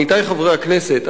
עמיתי חברי הכנסת,